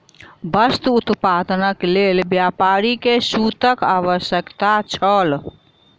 वस्त्र उत्पादनक लेल व्यापारी के सूतक आवश्यकता छल